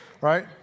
right